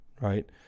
right